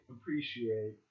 appreciate